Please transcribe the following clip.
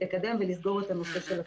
לקדם ולסגור את הנושא של התקנה.